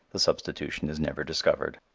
the substitution is never discovered.